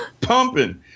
Pumping